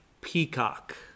peacock